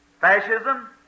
fascism